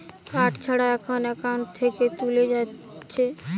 card ছাড়া এখন account থেকে তুলে যাতিছে